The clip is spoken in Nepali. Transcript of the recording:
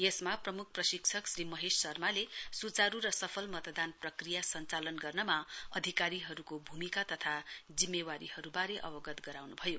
यसमा प्रम्ख प्रशिक्षक श्री महेश शर्माले स्चारू र सफल मतदान प्रक्रिया सञ्चालन गर्नमा अधीकारीहरूको भूमिका तथा जिम्मेवारीहरूबारे अवगत गराउन्भयो